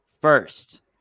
first